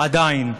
עדיין.